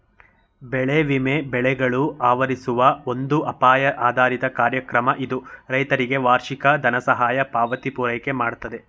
ಬೆಳೆ ವಿಮೆ ಬೆಳೆಗಳು ಆವರಿಸುವ ಒಂದು ಅಪಾಯ ಆಧಾರಿತ ಕಾರ್ಯಕ್ರಮ ಇದು ರೈತರಿಗೆ ವಾರ್ಷಿಕ ದನಸಹಾಯ ಪಾವತಿ ಪೂರೈಕೆಮಾಡ್ತದೆ